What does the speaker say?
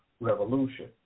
revolution